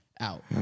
Out